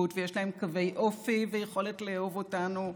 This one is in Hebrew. ויש להן קווי אופי ויכולת לאהוב אותנו,